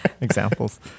Examples